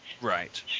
Right